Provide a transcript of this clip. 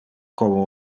como